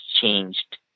changed